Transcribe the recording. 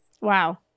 Wow